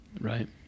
Right